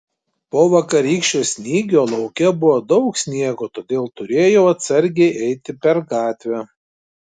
po vakarykščio snygio lauke buvo daug sniego todėl turėjau atsargiai eiti per gatvę